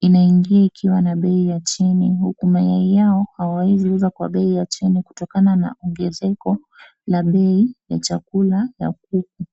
inaingia ikiwa na bei ya chini huku mayai yao hawawezi uza kwa bei ya chini kutokana na ongezeko la bei ya chakula ya kuku.